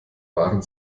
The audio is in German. waren